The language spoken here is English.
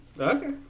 Okay